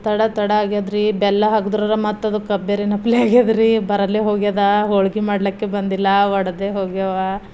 ತಡ ತಡ ಆಗ್ಯದ್ರೀ ಬೆಲ್ಲ ಹಾಕ್ದರೆ ಮತ್ತು ಅದಕ್ಕೆ ಬೇರೆನು ಆಗ್ಯಾದ್ರೀ ಬರಲೇ ಹೋಗ್ಯದ ಹೋಳಿಗೆ ಮಾಡ್ಲಕ್ಕೆ ಬಂದಿಲ್ಲ ಒಡೆದೇ ಹೋಗ್ಯಾವ